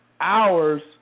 hours